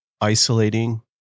isolating